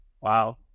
Wow